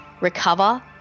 recover